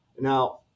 Now